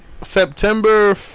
September